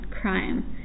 crime